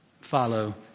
Follow